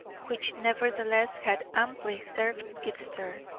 which nevertheless had amply served its turn.